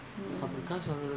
you give me lah money